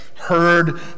heard